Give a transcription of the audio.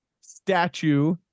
statue